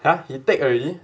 !huh! he take already